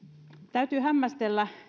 täytyy hämmästellä